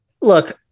Look